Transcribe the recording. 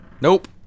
Nope